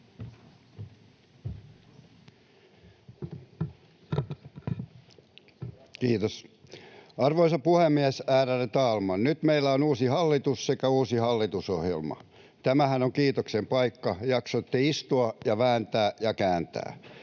Kiitos, arvoisa puhemies, ärade talman! Nyt meillä on uusi hallitus sekä uusi hallitusohjelma. Tämähän on kiitoksen paikka, jaksoitte istua, vääntää ja kääntää.